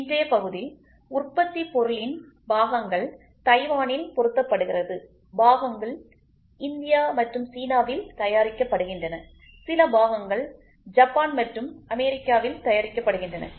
இன்றைய பகுதி உற்பத்தி பொருளின் பாகங்கள் தைவானில் பொருத்தப்படுகிறது பாகங்கள் இந்தியா மற்றும் சீனாவில் தயாரிக்கப்படுகின்றன சில பாகங்கள் ஜப்பான் மற்றும் அமெரிக்காவில் தயாரிக்கப்படுகின்றன